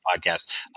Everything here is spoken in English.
podcast